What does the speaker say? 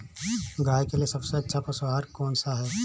गाय के लिए सबसे अच्छा पशु आहार कौन सा है?